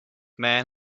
men